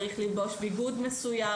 צריך ללבוש ביגוד מסוים,